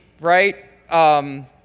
right